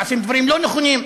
נעשים דברים לא נכונים,